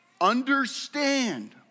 Understand